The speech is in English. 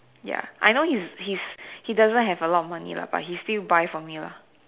ya I know he's he's he doesn't have a lot of money lah but he still buy for me lah